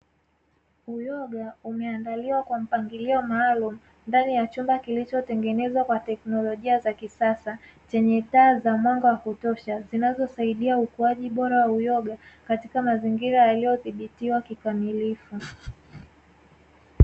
Uyoga umeandaliwa kwa mpangilio maalumu, ndani ya chumba kilicho tengenezwa kwa teknolojia za kisasa, chenye taa za mwanga wa kutosha zinazo saidia ukuaji bora wa uyoga katika mazingira yaliyo dhibitiwa kikamilifu.